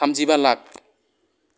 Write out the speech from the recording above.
थामजिबा लाख